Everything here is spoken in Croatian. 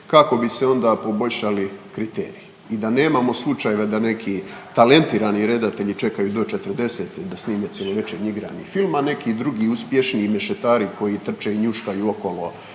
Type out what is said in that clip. kako bi se onda poboljšali kriteriji i da nemamo slučajeve da neki talentirani redatelji čekaju do 40-e da snime cjelovečernji igrani film, a neki drugi uspješni mešetari koji trče i njuškaju okolo